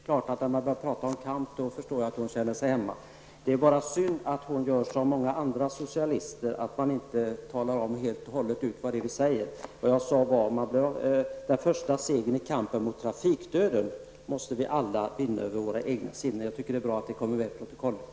Herr talman! Det är roligt att Viola Claesson känner sig hemma här i kammaren i dag. När man börjar prata om kamp förstår jag att hon känner sig hemma. Det är bara synd att hon gör som många andra socialister, inte talar om helt och hållet vad vi säger. Vad jag sade var: ''Den första segern i kampen mot trafikdöden måste vi alla vinna över våra egna sinnen.'' Jag tycker det är bra att det kommer med i protokollet.